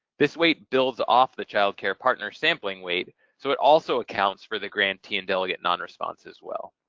this weight builds off the child care partner sampling weight so it also accounts for the grantee and delegate non-response as well.